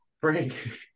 frank